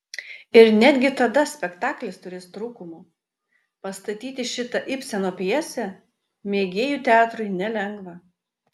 ir netgi tada spektaklis turės trūkumų pastatyti šitą ibseno pjesę mėgėjų teatrui nelengva